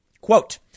Quote